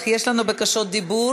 אך יש לנו בקשות דיבור.